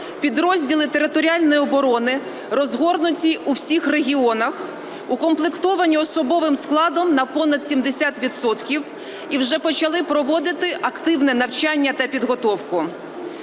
підрозділи територіальної оборони розгорнуті у всіх регіонах, укомплектовані особовим складом на понад 70 відсотків і вже почали проводити активне навчання та підготовку.